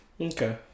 Okay